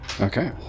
Okay